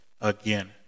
Again